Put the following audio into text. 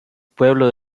pueblo